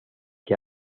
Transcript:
que